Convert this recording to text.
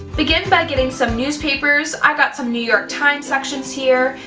begin by getting some newspapers, i got some new york times sections here,